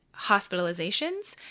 hospitalizations